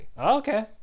Okay